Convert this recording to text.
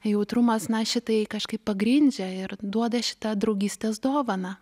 jautrumas na šitai kažkaip pagrindžia ir duoda šitą draugystės dovaną